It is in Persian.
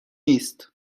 نیست